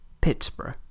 Pittsburgh